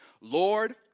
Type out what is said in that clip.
Lord